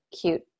cute